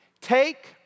Take